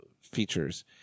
features